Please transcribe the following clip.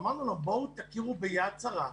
אמרנו להם בואו תכירו ב"יד שרה",